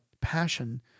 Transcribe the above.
passion